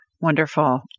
Wonderful